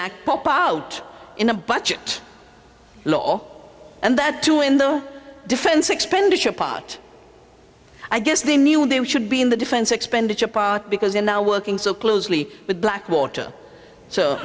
act pop out in a budget law and that too in the defense expenditure part i guess the new there should be in the defense expenditure part because they're now working so closely with blackwater so